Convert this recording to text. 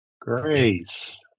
grace